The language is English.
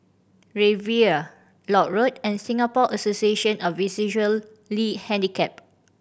Riviera Lock Road and Singapore Association of Visually Handicapped